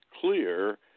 clear